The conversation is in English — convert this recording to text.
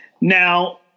now